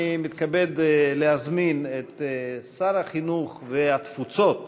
אני מתכבד להזמין את שר החינוך והתפוצות,